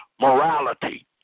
morality